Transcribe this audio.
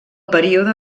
període